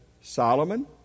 Solomon